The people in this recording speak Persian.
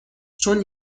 چون